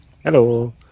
Hello